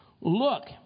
Look